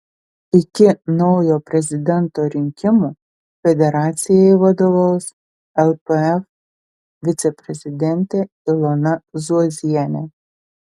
iki naujo prezidento rinkimų federacijai vadovaus lpf viceprezidentė ilona zuozienė